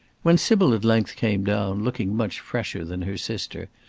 when sybil at length came down, looking much fresher than her sister,